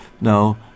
no